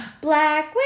Black